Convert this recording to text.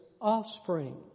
offspring